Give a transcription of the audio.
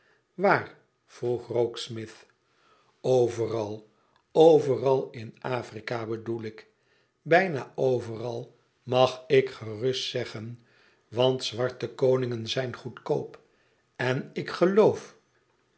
waar vroeg rokesmith overal overal in afrika bedoel ik bijna overal mag ik gerust zeggen want zwarte koningen zijn goedkoop en ik geloof